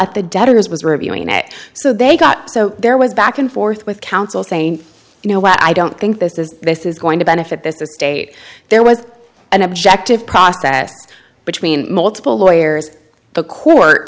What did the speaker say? at the debtors was reviewing it so they got so there was a back and forth with counsel saying you know what i don't think this is this is going to benefit this estate there was an objective process between multiple lawyers the